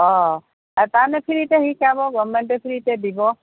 অঁ আৰু তাৰমানে ফ্ৰীতে শিকাব গৱৰ্ণমেণ্টে ফ্ৰীতে দিব